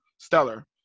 stellar